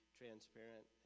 transparent